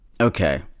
okay